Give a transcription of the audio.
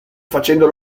facendo